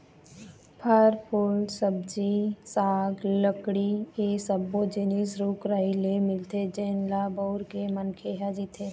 फर, फूल, सब्जी साग, लकड़ी ए सब्बो जिनिस रूख राई ले मिलथे जेन ल बउर के मनखे ह जीथे